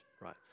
right